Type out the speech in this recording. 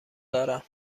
دارم